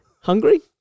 hungry